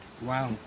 Wow